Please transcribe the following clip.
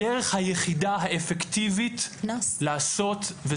הדרך היחידה האפקטיבית היא לעשות,